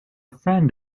friend